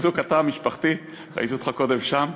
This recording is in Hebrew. ראיתי אותך קודם שם.